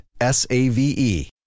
S-A-V-E